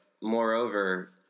moreover